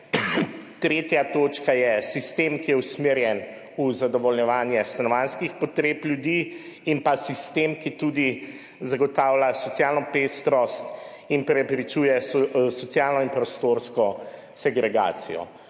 tretja točka je sistem, ki je usmerjen v zadovoljevanje stanovanjskih potreb ljudi, in pa četrta točka, sistem, ki zagotavlja tudi socialno pestrost in preprečuje socialno in prostorsko segregacijo.